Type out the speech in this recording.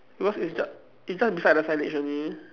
because it's just it's just beside the signage only